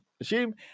assume